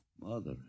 Mother